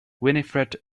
winifred